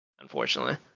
Unfortunately